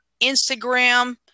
Instagram